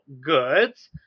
goods